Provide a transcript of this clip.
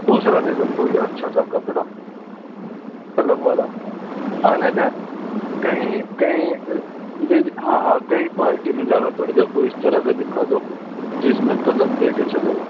دوسرا دے کوئی اچھا سا کپڑا کلب والا آنا جا کہیں کہیں بھی ہاں ہاں کہیں پارٹی میں جانا پڑ جائے تو اس طرح کا دکھا دو جس میں کلب دے کے چلا جاؤں